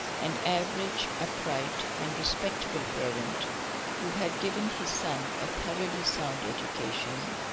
an average upright and respectable parent who had given his son a thoroughly sound education,